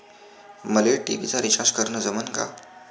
मले टी.व्ही चा रिचार्ज करन जमन का?